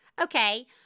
Okay